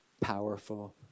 powerful